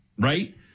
right